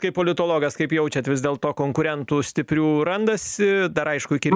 kaip politologas kaip jaučiat vis dėl to konkurentų stiprių randasi dar aišku iki